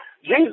Jesus